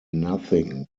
nothing